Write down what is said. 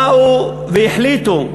באו והחליטו,